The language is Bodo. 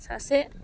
सासे